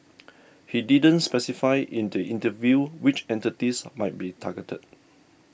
he didn't specify in the interview which entities might be targeted